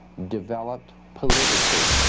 developed politically.